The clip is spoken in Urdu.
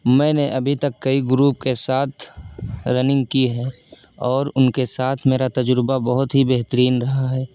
میں نے ابھی تک کئی گروپ کے ساتھ رننگ کی ہے اور ان کے ساتھ میرا تجربہ بہت ہی بہترین رہا ہے